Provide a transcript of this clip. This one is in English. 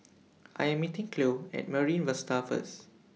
I Am meeting Cleo At Marine Vista First